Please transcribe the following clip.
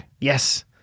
Yes